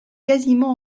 quasiment